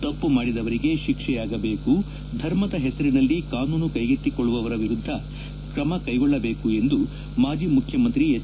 ತಪ್ಪು ಮಾಡಿದವರಿಗೆ ಶಿಕ್ಷೆಯಾಗಬೇಕು ಧರ್ಮದ ಹೆಸರಿನಲ್ಲಿ ಕಾನೂನು ಕೈಗೆತ್ತಿಕೊಳ್ಳುವವರ ವಿರುದ್ದ ಕ್ರಮ ಕೈಗೊಳ್ಳಬೇಕು ಎಂದು ಮಾಜಿ ಮುಖ್ಯಮಂತ್ರಿ ಎಚ್